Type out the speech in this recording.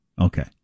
Okay